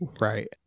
right